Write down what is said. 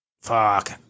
Fuck